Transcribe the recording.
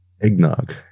Eggnog